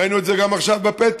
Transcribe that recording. ראינו את זה עכשיו גם בפטם,